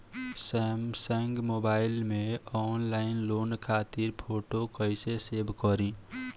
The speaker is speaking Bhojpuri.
सैमसंग मोबाइल में ऑनलाइन लोन खातिर फोटो कैसे सेभ करीं?